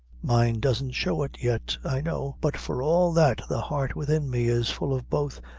mine doesn't show it yet, i know, but for all that the heart within me is full of both,